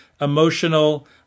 emotional